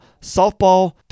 softball